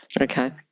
Okay